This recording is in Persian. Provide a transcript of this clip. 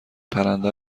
پرنده